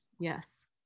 Yes